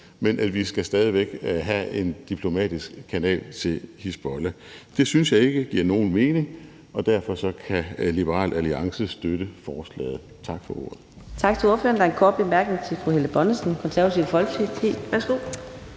men at vi stadig væk skal have en diplomatisk kanal til Hizbollah? Det synes jeg ikke giver nogen mening, og derfor kan Liberal Alliance støtte forslaget. Tak for ordet.